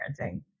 parenting